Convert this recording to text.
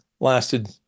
lasted